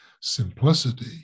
simplicity